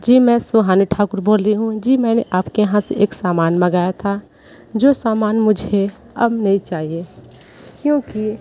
जी मैं सुहानी ठाकुर बोल रही हूँ जी मैंने आप के यहाँ से एक सामान मगाया था जो सामान मुझे अब नही चाहिए क्योंकि